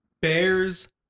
Bears